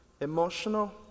emotional